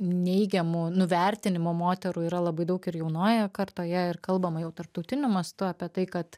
neigiamų nuvertinimo moterų yra labai daug ir jaunojoje kartoje ir kalbama jau tarptautiniu mastu apie tai kad